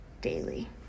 daily